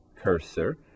cursor